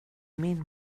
min